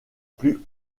plus